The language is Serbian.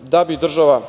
Da bi država